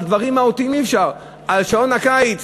בדברים מהותיים אי-אפשר, בשעון הקיץ